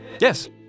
Yes